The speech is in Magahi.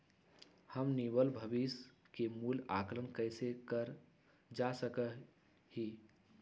हम निवल भविष्य मूल्य के आंकलन कैसे कर सका ही?